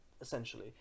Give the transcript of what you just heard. essentially